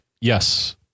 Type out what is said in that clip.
Yes